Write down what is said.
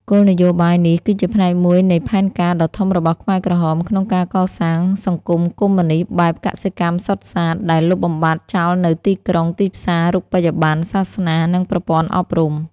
គោលនយោបាយនេះគឺជាផ្នែកមួយនៃផែនការដ៏ធំរបស់ខ្មែរក្រហមក្នុងការកសាង សង្គមកុម្មុយនីស្តបែបកសិកម្មសុទ្ធសាធ ដោយលុបបំបាត់ចោលនូវទីក្រុង ទីផ្សារ រូបិយប័ណ្ណ សាសនា និងប្រព័ន្ធអប់រំ។